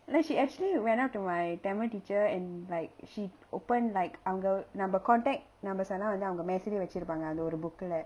like she actually went up to my Tamil teacher and like she open like அங்க நம்ம:anga namma contact நம்ம:namma sana வந்து அவங்க மேசையிலே வெச்சிருப்பாங்க அது ஒரு:vanthu avanga mesaiyilayae vechirupanga athu oru book leh